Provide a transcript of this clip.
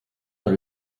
dans